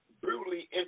brutally